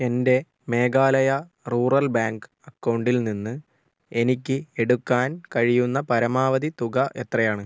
എൻ്റെ Meghalaya rural bank അക്കൗണ്ടിൽ നിന്ന് എനിക്ക് എടുക്കാൻ കഴിയുന്ന പരമാവധി തുക എത്രയാണ്